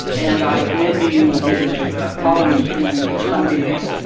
and i commend to you his columns in the sunday mail.